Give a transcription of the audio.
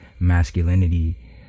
masculinity